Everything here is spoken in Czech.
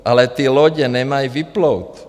Ale ty lodě nemají vyplout.